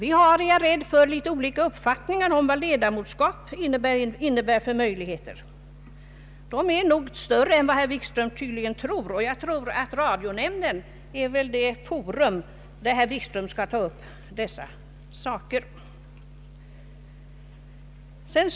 Jag är rädd för att vi har litet olika uppfattningar om vad ett ledamotskap innebär för möjligheter. De är nog större än herr Wikström tycks anse, och jag tror att radionämnden är det forum där herr Wikström skall ta upp dessa spörsmål.